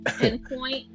pinpoint